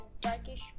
darkish